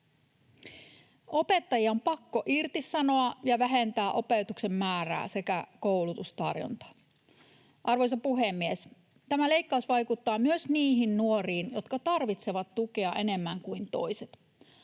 Opettajia on pakko irtisanoa ja vähentää opetuksen määrää sekä koulutustarjontaa. Arvoisa puhemies! Tämä leikkaus vaikuttaa myös niihin nuoriin, jotka tarvitsevat tukea enemmän kuin toiset.